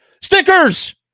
stickers